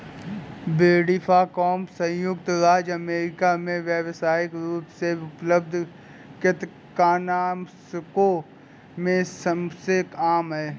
brodifacoum संयुक्त राज्य अमेरिका में व्यावसायिक रूप से उपलब्ध कृंतकनाशकों में सबसे आम है